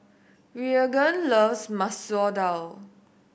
Reagan loves Masoor Dal